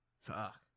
Fuck